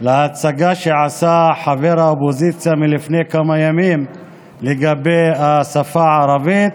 על ההצגה שעשה חבר האופוזיציה לפני כמה ימים לגבי השפה הערבית.